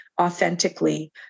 authentically